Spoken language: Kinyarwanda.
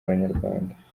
abanyarwanda